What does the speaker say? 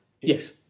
Yes